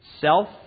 Self